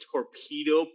Torpedo